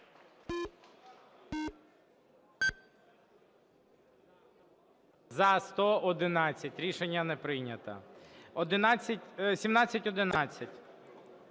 За-111 Рішення не прийнято. 1711.